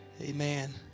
Amen